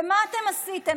ומה אתם עשיתם?